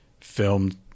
filmed